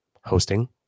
hosting